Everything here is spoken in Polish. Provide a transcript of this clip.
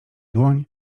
dłoń